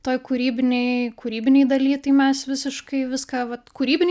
toj kūrybinėj kūrybinėj daly tai mes visiškai viską vat kūrybinėj